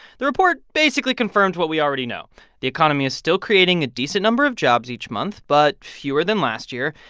the report basically confirmed what we already know the economy is still creating a decent number of jobs each month, but fewer than last year,